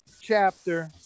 chapter